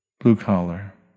blue-collar